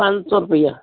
ਪੰਜ ਸੌ ਰੁਪਈਆ